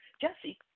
Jesse